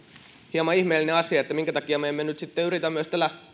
hieman ihmeellinen asia että minkä takia me emme nyt sitten yritä myös tällä